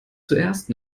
zuerst